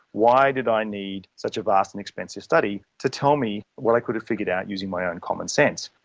why did i need such a vast and expensive study to tell me what i could have figured out using my own common sense.